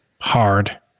hard